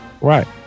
Right